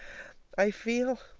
i feel